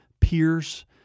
peers